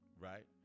right